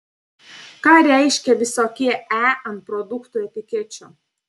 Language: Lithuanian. ką reiškia visokie e ant produktų etikečių